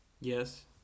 Yes